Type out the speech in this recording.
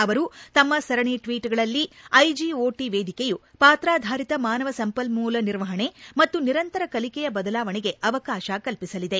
ಅವರು ತಮ್ಮ ಸರಣಿ ಟ್ಸೀಟ್ಗಳಲ್ಲಿ ಐಜಿಓಟಿ ವೇದಿಕೆಯು ಪಾತ್ರಾಧಾರಿತ ಮಾನವ ಸಂಪನ್ಮೂಲ ನಿರ್ವಹಣೆ ಮತ್ತು ನಿರಂತರ ಕಲಿಕೆಯ ಬದಲಾವಣೆಗೆ ಅವಕಾಶ ಕಲ್ಸಿಸಲಿದೆ